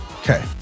Okay